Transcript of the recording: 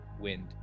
wind